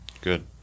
Good